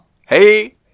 Hey